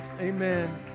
Amen